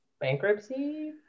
bankruptcy